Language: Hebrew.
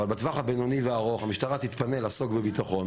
אבל בטווח הבינוני והארוך המשטרה תתפנה לעסוק בביטחון